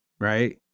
right